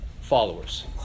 followers